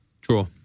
Draw